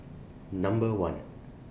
Number one